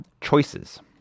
Choices